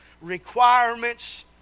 requirements